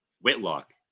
Whitlock